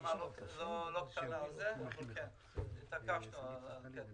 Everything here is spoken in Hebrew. מלחמה לא קטנה על זה, אבל התעקשנו על הקטע